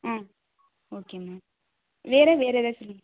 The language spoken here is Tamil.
ஆ ஓகே மேம் வேறு வேறு எதாவது சொல்லுங்கள்